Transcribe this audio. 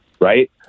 right